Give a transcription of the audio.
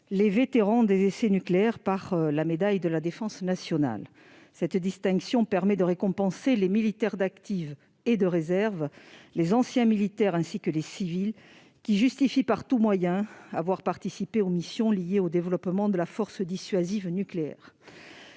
les vétérans des essais nucléaires par la médaille de la défense nationale. Cette distinction permet de récompenser les militaires d'active et de réserve, les anciens militaires ainsi que les civils qui justifient par tous moyens avoir participé aux missions liées au développement de la force dissuasive nucléaire.